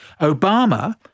Obama